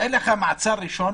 תאר לך, מעצר ראשון